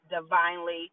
divinely